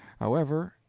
however,